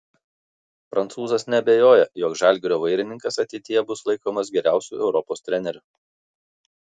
prancūzas neabejoja jog žalgirio vairininkas ateityje bus laikomas geriausiu europos treneriu